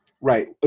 Right